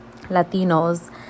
Latinos